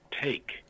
take